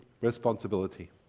responsibility